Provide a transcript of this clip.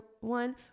one